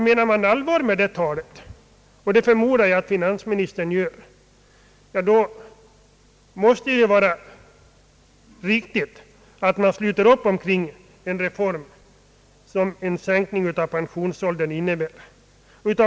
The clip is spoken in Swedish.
Menar man allvar med det talet — och det förmodar jag att finansminis tern gör — måste det vara riktigt att sluta upp omkring en reform som gäller en sänkning av pensionsåldern.